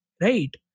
Right